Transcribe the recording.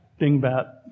dingbat